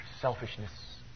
selfishness